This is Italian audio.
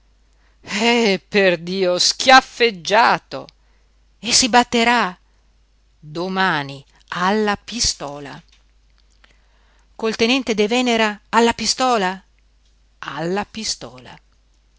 eh perdio schiaffeggiato e si batterà domani alla pistola col tenente de venera alla pistola alla pistola